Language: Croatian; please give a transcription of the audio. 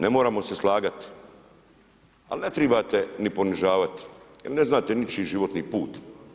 Ne moramo se slagati, ali ne trebate ni ponižavati, jer ne znate ničiji životni put.